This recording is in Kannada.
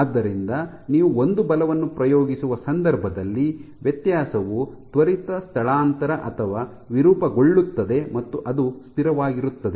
ಆದ್ದರಿಂದ ನೀವು ಒಂದು ಬಲವನ್ನು ಪ್ರಯೋಗಿಸುವ ಸಂದರ್ಭದಲ್ಲಿ ವ್ಯತ್ಯಾಸವು ತ್ವರಿತ ಸ್ಥಳಾಂತರ ಅಥವಾ ವಿರೂಪಗೊಳ್ಳುತ್ತದೆ ಮತ್ತು ಅದು ಸ್ಥಿರವಾಗಿರುತ್ತದೆ